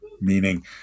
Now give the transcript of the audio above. meaning